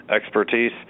expertise